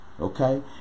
okay